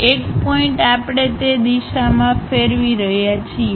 એક પોઇન્ટઆપણે તે દિશામાં ફેરવી રહ્યા છીએ